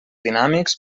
dinàmics